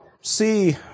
see